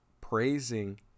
praising